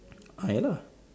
ah ya lah